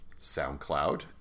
SoundCloud